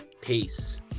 Peace